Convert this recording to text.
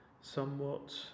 somewhat